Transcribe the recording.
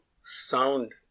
sound